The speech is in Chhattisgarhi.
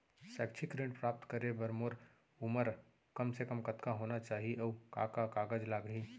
शैक्षिक ऋण प्राप्त करे बर मोर उमर कम से कम कतका होना चाहि, अऊ का का कागज लागही?